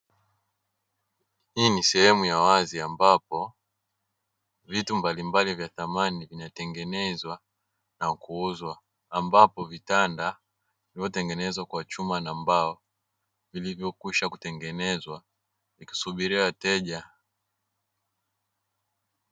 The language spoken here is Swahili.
Hii ni sehemu ya wazi ambapo vitu mbali mbali vya samani vinatengenezwa, na kuuzwa ambapo vitanda vilivyotengenezwa kwa chuma na mbao vilivyo kwisha kutengenezwa vikisubiria wateja.